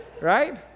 Right